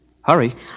Hurry